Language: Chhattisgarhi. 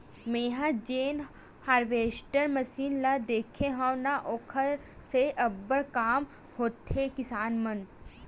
मेंहा जेन हारवेस्टर मसीन ल देखे हव न ओखर से अब्बड़ काम होथे किसानी मन